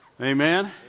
Amen